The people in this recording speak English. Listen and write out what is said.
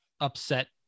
upset